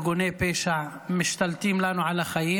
ארגוני פשע משתלטים לנו על החיים,